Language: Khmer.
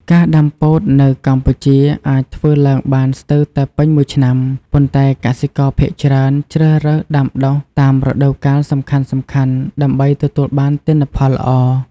ការដាំពោតនៅកម្ពុជាអាចធ្វើឡើងបានស្ទើរតែពេញមួយឆ្នាំ ប៉ុន្តែកសិករភាគច្រើនជ្រើសរើសដាំដុះតាមរដូវកាលសំខាន់ៗដើម្បីទទួលបានទិន្នផលល្អ។